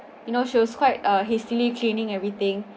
you know she was quite err hastily cleaning everything